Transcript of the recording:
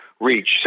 reach